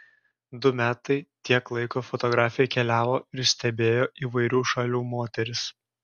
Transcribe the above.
du metai tiek laiko fotografė keliavo ir stebėjo įvairių šalių moteris